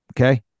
okay